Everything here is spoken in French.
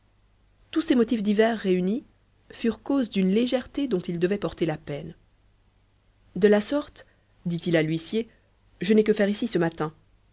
tous ces motifs divers réunis furent cause d'une légèreté dont il devait porter la peine de la sorte dit-il à l'huissier je n'ai que faire ici ce matin